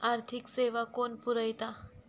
आर्थिक सेवा कोण पुरयता?